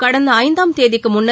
கடந்த ஐந்தாம் தேதிக்கு முன்னர்